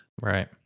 Right